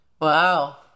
Wow